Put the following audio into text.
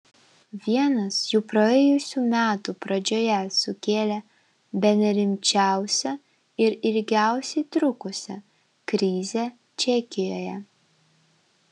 vienas jų praėjusių metų pradžioje sukėlė bene rimčiausią ir ilgiausiai trukusią krizę čekijoje